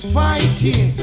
fighting